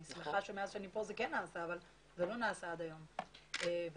אני שמחה שמאז אני כאן, זה כן נעשה אבל עד היום זה